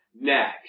next